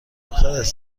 دخترش